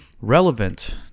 relevant